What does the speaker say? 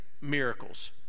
miracles